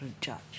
Judge